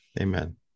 Amen